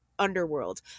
Underworld